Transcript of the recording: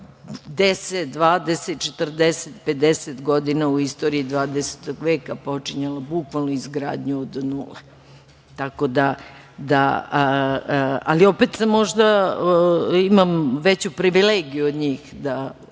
10, 20, 40, 50 godina u istoriji 20. veka počinjala bukvalno izgradnju od nule. Ali opet možda imam veću privilegiju od njih da